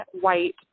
white